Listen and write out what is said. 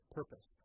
purpose